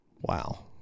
Wow